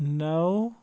نَو